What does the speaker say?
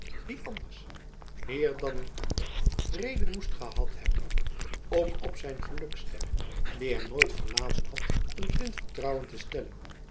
die anders meer dan een ander reden moest gehad hebben om op zijn gelukster die hem nooit verlaten had een blind vertrouwen te stellen